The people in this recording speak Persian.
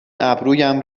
ابرویم